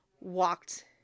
walked